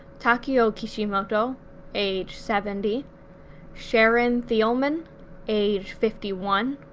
takio kishimoto age seventy sharon theleman age fifty one,